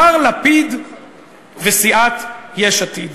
מר לפיד וסיעת יש עתיד.